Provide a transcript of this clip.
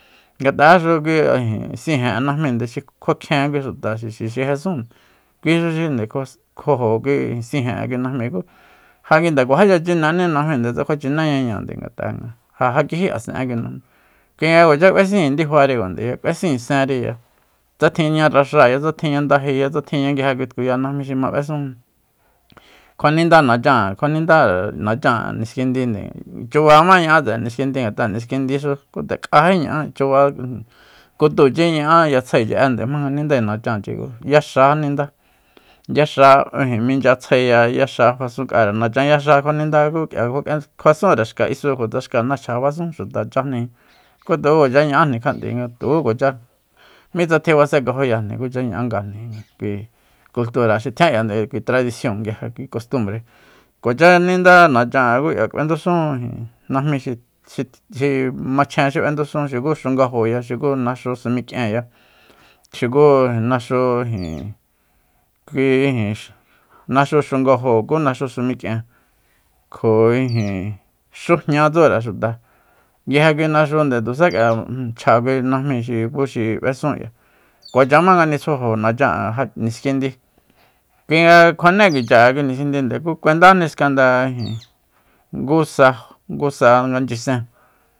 Ngat'a'exu kui ijin sijen'e najmínde xi kuakjien kui xuta xixi xi jesun kui xu xi nde kjuajo kui sijen'e kui najmi ku ja nguinde juajícha chineni najminde tsa kjuachineña ñáa ngat'a ja ja kijí asen'e kui najmi kui nga kuacha b'esin difari k'uesi senriya tsa tjinña raxáaya tsa tjinña ndajeya tsa tjinña nguije tkuya kui najmi xi ma b'esun kjua ninda nachan kjua nindare nachan'e niskindinde chubamá ña'á tse'e niskindi ngat'a niskindixu ku nde k'ají ña'a chuba kutúuchiña'a ya tsjaechi'ende k'ia jmanga nindae nachanchi yaxa nindá yaxa ijin michya tsjaeya yaxa fasunk'are nachanyaxa kjuaninda ku k'ia kjuasúnre xka isu tsa xka nachja fasun xuta chájni ku tukukuacha ña'ájni kjat'e tukukuacha mitsa tjibasekajóyajni kucha ña'angajni kui kultura xi tjian k'iande kui tradision nguije kui kostumbre kuacha ninda nachan'e ku k'ia k'uendusun ijin najmi xi- xi- xi machjen xi b'endusun xuku xungajoya xuku naxu samik'ienya xuku naxu ijin kui ijin naxu xungajo ku naxu samik'ien kjo ijin xujña tsure xuta nguije kui naxunde tusak'ia chja kui najmi xi xukuxi b'esun k'ia kuacha ma nga nitsjuajo nachan'e ja niskindi kuinga kjuane kicha'e kui niskindinde ku kuendáni skanda ijin ngusa- ngusa nga nchyisen